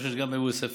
אני חושב שגם בעוספיא.